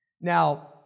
Now